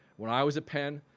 when i was at penn,